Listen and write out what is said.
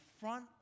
front